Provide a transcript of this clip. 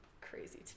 Crazy